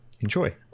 Enjoy